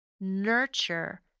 nurture